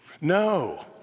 No